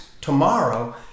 tomorrow